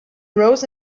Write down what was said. rose